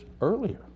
earlier